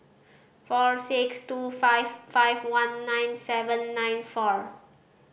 four six two five five one nine seven nine four